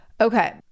Okay